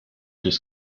des